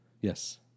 Yes